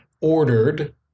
ordered